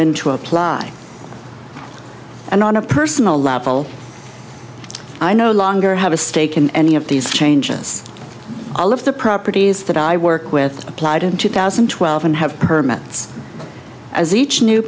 in to apply and on a personal level i no longer have a stake in any of these changes all of the properties that i work with applied in two thousand and twelve and have permits as each new